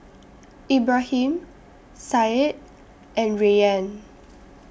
Ibrahim Said and Rayyan